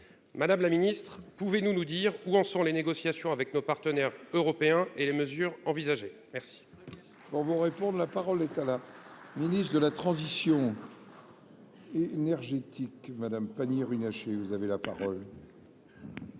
madame la Ministre, pouvez nous nous dire où en sont les négociations avec nos partenaires européens et les mesures envisagées, merci. On vous réponde, la parole est à la ministre de la transition. énergétique Madame Pannier-Runacher vous avez la parole. Merci